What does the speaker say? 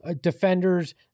defenders